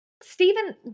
Stephen